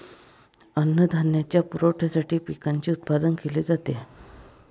अन्नधान्याच्या पुरवठ्यासाठी पिकांचे उत्पादन केले जाते